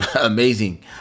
amazing